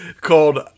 called